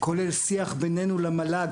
כולל לשיח בינינו למל"ג,